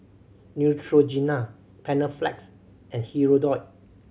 Neutrogena Panaflex and Hirudoid